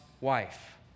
wife